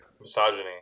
misogyny